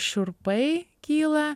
šiurpai kyla